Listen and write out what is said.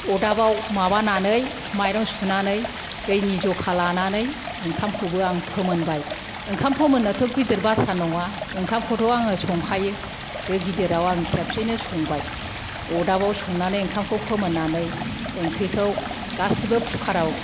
अदाबाव माबानानै माइरं सुनानै दैनि जखा लानानै ओंखामखौबो आं फोमोनबाय ओंखाम फोमोननोथ' गिदिर बाथ्रा नङा ओंखामखौथ' आङो संखायो दो गिदिराव आङो खेबसेनो संबाय अदाबाव संनानै ओंखामखौ फोमोननानै ओंख्रिखौ गासिबो कुकाराव